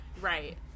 right